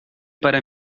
para